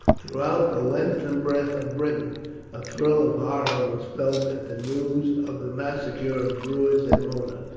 throughout the length and breadth of britain a thrill of horror was felt at the news of the massacre of druids at mona,